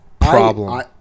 Problem